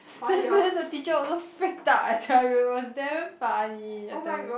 then then the teacher also freaked out I tell you was damn funny I tell you